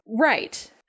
Right